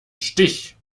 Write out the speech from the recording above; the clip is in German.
stich